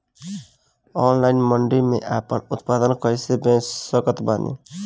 Online मंडी मे आपन उत्पादन कैसे बेच सकत बानी?